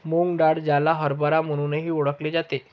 मूग डाळ, ज्याला हरभरा म्हणूनही ओळखले जाते